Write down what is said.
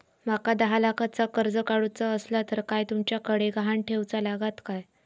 माका दहा लाखाचा कर्ज काढूचा असला तर काय तुमच्याकडे ग्हाण ठेवूचा लागात काय?